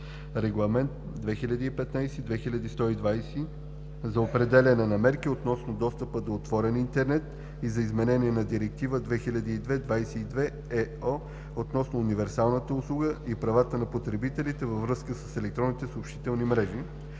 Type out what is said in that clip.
Регламент (ЕС) 2015/2120 за определяне на мерки относно достъпа до отворен интернет и за изменение на Директива 2002/22/ЕО относно универсалната услуга и правата на потребителите във връзка с електронните съобщителни мрежи